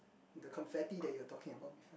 the confetti that you're talking about before